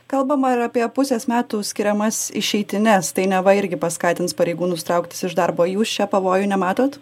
kalbama ir apie pusės metų skiriamas išeitines tai neva irgi paskatins pareigūnus trauktis iš darbo jūs čia pavojų nematot